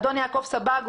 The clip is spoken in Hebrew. אדון יעקב סבג,